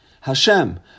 Hashem